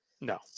No